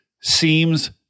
seems